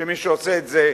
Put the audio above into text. שמי שעושה את זה,